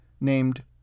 named